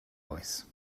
voice